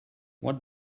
what